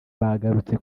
bagarutse